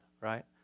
right